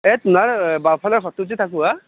flat নাই বাওঁফালে ঘৰটোত যে থাকোঁ হা